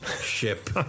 ship